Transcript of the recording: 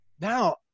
Now